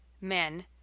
men